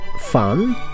fun